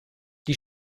die